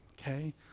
okay